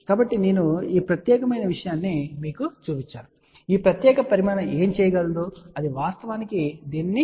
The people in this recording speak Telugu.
కాబట్టి నేను ఈ ప్రత్యేకమైన విషయాన్ని మీకు చూపించాను ఈ ప్రత్యేక పరిమాణం ఏమి చేయగలదో అది వాస్తవానికి దీనిని మార్చగలదు